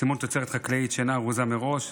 (סימון תוצרת חקלאית שאינה ארוזה מראש),